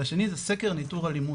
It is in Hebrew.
והשני זה סקר ניתור אלימות,